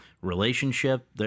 relationship